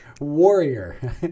Warrior